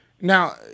Now